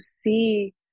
see